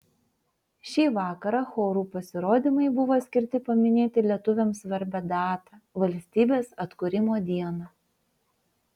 šį vakarą chorų pasirodymai buvo skirti paminėti lietuviams svarbią datą valstybės atkūrimo dieną